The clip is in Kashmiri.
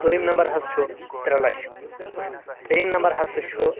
دوٚیِم نمبر حظ چھُ ترٛےٚ لچھ ترٛیِم نمبر ہسا چھُ